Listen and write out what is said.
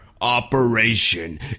operation